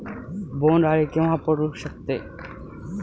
बोंड अळी केव्हा पडू शकते?